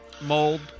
mold